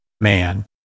man